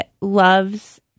loves